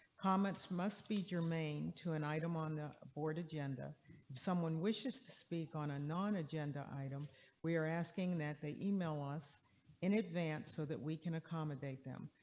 comments must be germane to an item on the board agenda someone wishes to speak on an agenda item we are asking that they email us in advance. so that we can accommodate them.